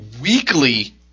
weekly